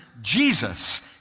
Jesus